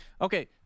okay